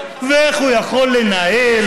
ואיך הוא יכול לנהל,